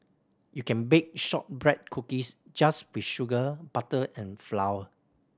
you can bake shortbread cookies just with sugar butter and flour